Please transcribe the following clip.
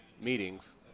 meetings